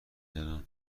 زنم